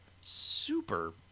super